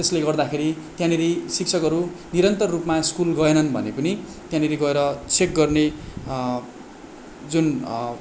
त्यसले गर्दाखेरि त्यहाँनिर शिक्षकहरू निरन्तर रूपमा स्कुल गएनन् भने पनि त्यहाँनिर गएर चेक गर्ने जुन